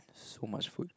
so much food